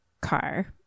car